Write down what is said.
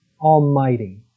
Almighty